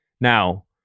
Now